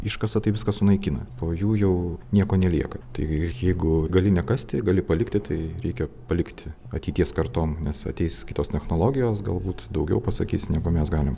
iškasa tai viską sunaikina po jų jau nieko nelieka taigi jeigu gali nekasti ir gali palikti tai reikia palikti ateities kartom nes ateis kitos technologijos galbūt daugiau pasakys negu mes galim